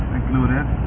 included